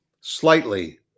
slightly